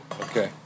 Okay